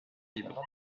libres